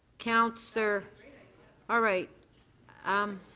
counsellor all right. um